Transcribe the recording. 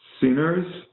sinners